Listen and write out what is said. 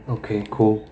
okay cool